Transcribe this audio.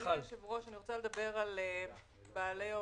אדוני היושב-ראש, אני רוצה לדבר על בעלי האולמות.